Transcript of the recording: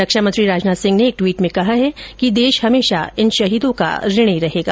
रक्षा मंत्री राजनाथ सिंह ने एक ट्वीट में कहा है कि देश हमेशा इन शहीदों का ऋणी रहेगा